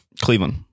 cleveland